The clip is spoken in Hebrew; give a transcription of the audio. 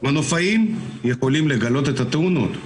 מנופאים יכולים לגלות את התאונות.